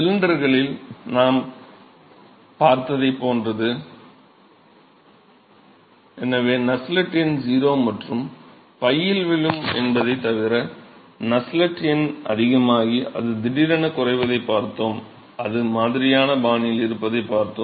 சிலிண்டர்களில் நாம் பார்த்ததைப் போல நஸ்ஸெல்ட் எண் 0 மற்றும் 𝞹 யில் விழும் என்பதைத் தவிர நஸ்ஸெல்ட் எண் அதிகமாகி அது திடீரென குறைவதைப் பார்த்தோம் அதே மாதிரியான பாணியில் இருப்பதைப் பார்த்தோம்